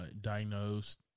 diagnosed